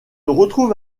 retrouve